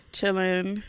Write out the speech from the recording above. Chilling